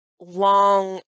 long